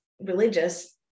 religious